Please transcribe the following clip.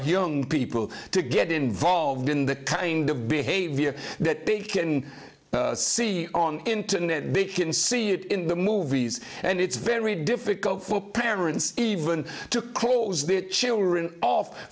young people to get involved in the kind of behavior that big can see on the internet they can see it in the movies and it's very difficult for parents even to close their children off